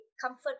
comfort